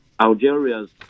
Algeria's